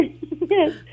Yes